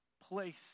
place